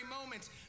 moments